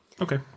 Okay